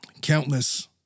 countless